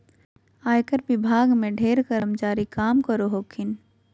आयकर विभाग में ढेर कर्मचारी काम करो हखिन